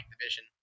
division